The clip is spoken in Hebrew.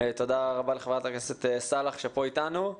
תודה רבה לחברת הכנסת סאלח שנמצאת כאן אתנו.